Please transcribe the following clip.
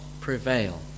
prevail